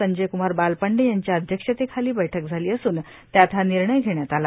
संजयकुमार बालपांडे यांच्या अध्यक्षतेखाली बैठक झाली असुन त्यात हा निर्णय घेण्यात आला